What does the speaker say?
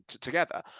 together